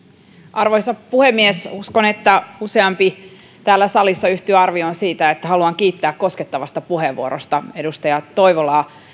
arvoisa puhemies haluan kiittää uskon että useampi täällä salissa yhtyy arvioon siitä koskettavasta puheenvuorosta edustaja toivolaa